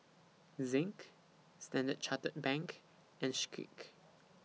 Zinc Standard Chartered Bank and Schick